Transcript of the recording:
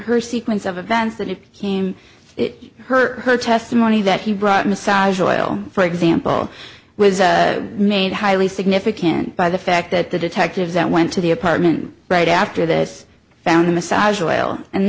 her sequence of events that it became it her testimony that he brought massage oil for example was made highly significant by the fact that the detectives that went to the apartment right after this found the massage oil and